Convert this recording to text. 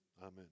amen